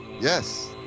Yes